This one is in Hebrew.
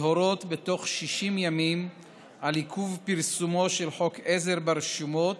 להורות בתוך 60 ימים על עיכוב פרסומו של חוק עזר ברשומות,